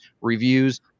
reviews